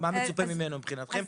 מה מצופה ממנו מבחינתכם?